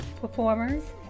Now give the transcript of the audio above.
performers